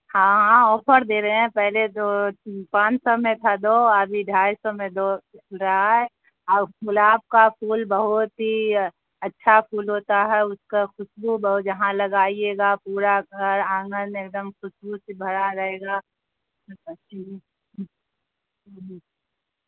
ہاں ہاں آفر دے رہے ہیں پہلے تو پانچ سو میں تھا دو ابھی ڈھائی سو میں دو رہا ہے اور گلاب کا پھول بہت ہی اچھا پھول ہوتا ہے اس کا خوشبو بہت جہاں لگائیے گا پورا گھر آنگن ایک دم خوسبو سے بھرا رہے گا